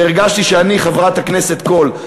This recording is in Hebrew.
והרגשתי שאני חברת הכנסת קול.